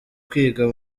kwiga